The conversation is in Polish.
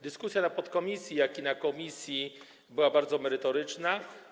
Dyskusja w podkomisji jak i w komisji były bardzo merytoryczne.